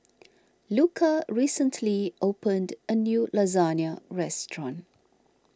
Luka recently opened a new Lasagne restaurant